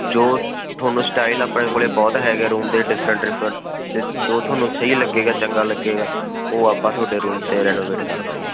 ਜੋ ਤੁਹਾਨੂੰ ਸਟਾਈਲ ਆਪਣੇ ਕੋਲ ਬਹੁਤ ਹੈਗੇ ਰੂਮ ਦੇ ਡਿਫਰੈਂਟ ਡਿਫਰੈਂਟ ਅਤੇ ਜੋ ਤੁਹਾਨੂੰ ਸਹੀ ਲੱਗੇਗਾ ਚੰਗਾ ਲੱਗੇਗਾ ਉਹ ਆਪਾਂ ਤੁਹਾਡੇ ਰੂਮ ਅਤੇ ਰੈਨੋਵੇਟ ਕਰ ਦਾਂਗੇ